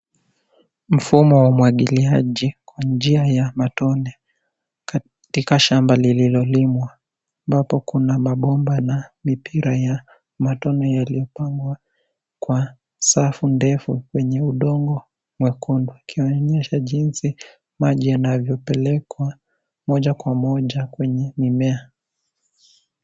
Mfumo wa umwagiliaji kwa njia ya matone, katika shamba lililolimwa. Ambapo kuna mabomba na mipira ya matone yaliyopangwa kwa safu ndefu kwenye udongo mwekundu. Ikionyesha jinsi maji yanavyopelekwa moja kwa moja kwenye mimea.